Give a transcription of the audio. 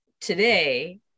today